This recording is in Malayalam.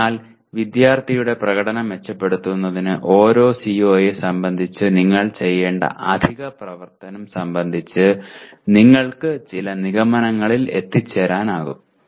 അതിനാൽ വിദ്യാർത്ഥിയുടെ പ്രകടനം മെച്ചപ്പെടുത്തുന്നതിന് ഓരോ CO യെ സംബന്ധിച്ച് നിങ്ങൾ ചെയ്യേണ്ട അധിക പ്രവർത്തനം സംബന്ധിച്ച് നിങ്ങൾക്ക് ചില നിഗമനങ്ങളിൽ എത്തിച്ചേരാനാകും